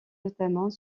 notamment